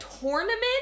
tournament